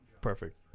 Perfect